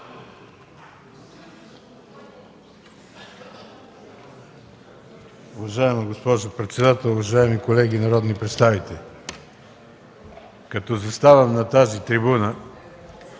Уважаема госпожо председател, уважаеми колеги народни представители! Като застана на тази трибуна